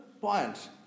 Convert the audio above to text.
point